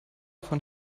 von